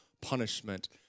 punishment